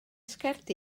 sgert